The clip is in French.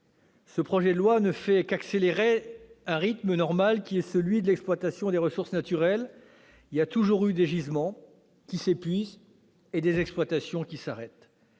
ce projet de loi ne fait qu'accélérer un rythme normal, qui est celui de l'exploitation des ressources naturelles : il y a toujours eu des gisements qui s'épuisaient et des exploitations qui s'arrêtaient.